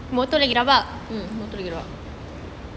mm motor lagi rabak